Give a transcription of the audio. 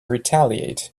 retaliate